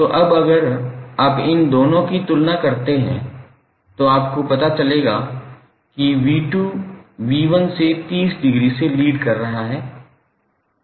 तो अब अगर आप इन दोनों की तुलना करते हैं तो आपको पता चलेगा कि 𝑣2 𝑣1 से 30 डिग्री से लीड कर रहा है